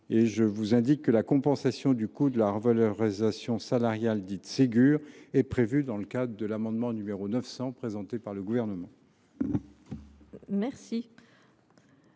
Je vous indique que la compensation du coût de la revalorisation salariale dite Ségur est prévue dans le cadre de l’amendement n° II 900, qui sera présenté par le Gouvernement. Madame